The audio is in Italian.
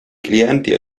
clienti